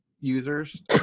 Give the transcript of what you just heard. users